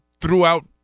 throughout